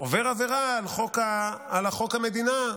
עובר עבירה על חוק המדינה,